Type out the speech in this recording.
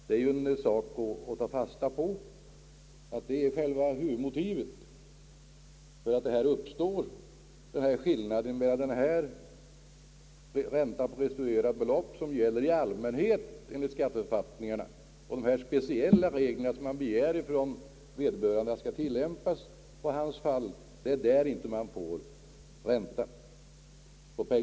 Man bör ta fasta på att detta är själva huvudmotivet bakom den skillnad som här existerar, då alltså ränta utgår på belopp som avser skatt enligt skatteförfattningarna i allmänhet medan ingen ränta på pengarna ges då vederbörande skattebetalare begär att få dessa speciella regler som det här gäller tillämpade.